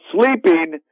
sleeping